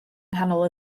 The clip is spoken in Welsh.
nghanol